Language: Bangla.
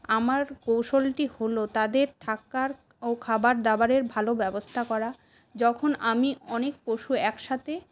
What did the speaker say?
আমার কৌশলটি হল তাদের থাকার ও খাবার দাবারের ভালো ব্যবস্থা করা যখন আমি অনেক পশু একসাথে